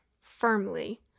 firmly